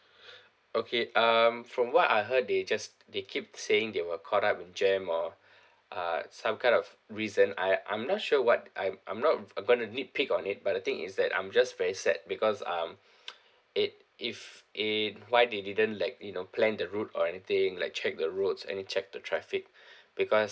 okay um from what I heard they just they keep saying they were caught up in jam or a some kind of reason I I'm not sure what I'm I'm not going to nitpick on it but the thing is that I'm just very sad because um it if if why they didn't like you know plan the road or anything like check the roads and you check the traffic because